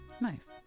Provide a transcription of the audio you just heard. Nice